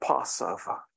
Passover